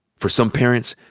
for some parents,